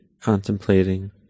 contemplating